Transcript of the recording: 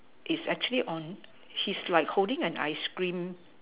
is actually on he's like holding an ice cream